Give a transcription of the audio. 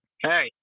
Hey